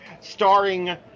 starring